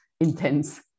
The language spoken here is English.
intense